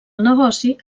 negoci